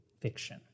fiction